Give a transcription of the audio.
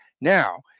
now